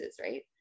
right